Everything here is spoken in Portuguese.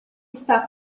está